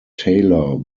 taylor